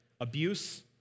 Abuse